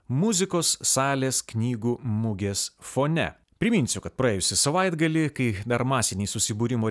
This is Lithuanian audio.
muzikos salės knygų mugės fone priminsiu kad praėjusį savaitgalį kai dar masiniai susibūrimo